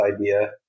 idea